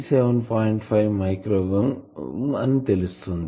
5 micro ohm అని తెలుస్తుంది